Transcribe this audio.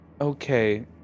Okay